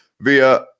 via